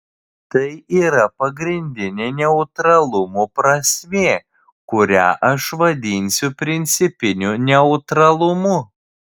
tai yra pagrindinė neutralumo prasmė kurią aš vadinsiu principiniu neutralumu